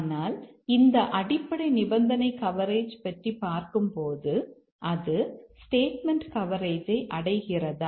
ஆனால் இந்த அடிப்படை நிபந்தனை கவரேஜ் பற்றி பார்க்கும்போது அது ஸ்டேட்மெண்ட் கவரேஜை அடைகிறதா